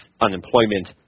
unemployment